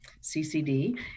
CCD